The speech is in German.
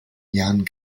jahren